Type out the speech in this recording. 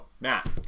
Matt